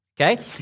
Okay